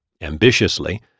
Ambitiously